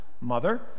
mother